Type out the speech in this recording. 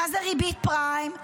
מה זו ריבית פריים,